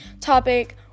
topic